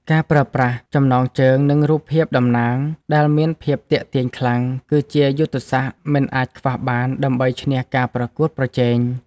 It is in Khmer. ការប្រើប្រាស់ចំណងជើង និងរូបភាពតំណាង ដែលមានភាពទាក់ទាញខ្លាំង គឺជាយុទ្ធសាស្ត្រមិនអាចខ្វះបានដើម្បីឈ្នះការប្រកួតប្រជែង។